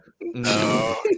no